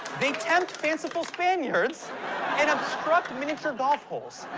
they tempt fanciful spaniards and obstruct miniature golf holes.